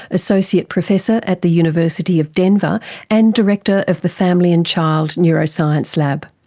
associate professor at the university of denver and director of the family and child neuroscience lab.